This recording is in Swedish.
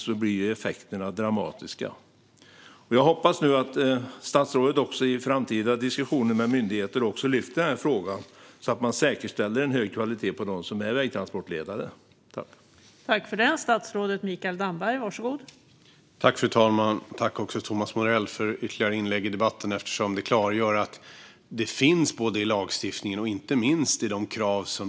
Jag hoppas att statsrådet kommer att lyfta upp den här frågan också i framtida diskussioner med myndigheter för att säkerställa att de som blir vägtransportledare håller hög kvalitet.